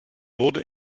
wurde